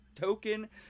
token